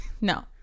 No